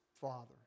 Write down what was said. father